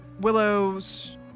Willow's